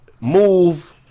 move